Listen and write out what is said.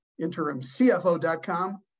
interimcfo.com